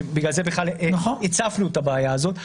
ובגלל זה בכלל הצפנו את הבעיה הזאת,